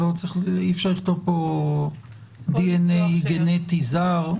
אי אפשר לכתוב פה דנ"א גנטי זר?